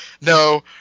no